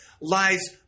lies